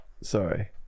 Sorry